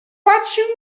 patrzył